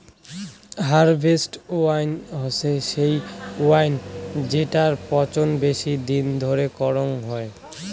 harvest wine হসে সেই wine জেটোর পচন বেশি দিন ধরে করাং হই